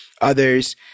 others